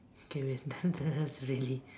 okay wait that one's really